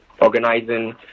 organizing